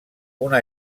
una